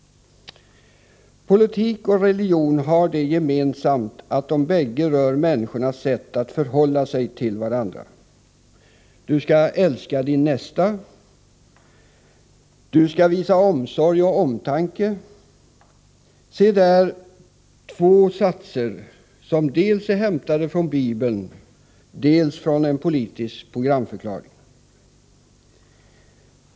Politik och religion har det gemensamt att de bägge rör människornas sätt att förhålla sig till varandra. Du skall älska din nästa, du skall visa omsorg och omtanke. Se där två satser som dels är hämtade från Bibeln, dels från en politisk programförklaring.